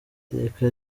itako